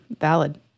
valid